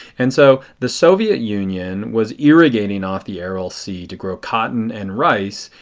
and so the soviet union was irrigating off the aral sea to grow cotton and rice.